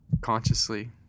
consciously